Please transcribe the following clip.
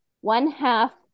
one-half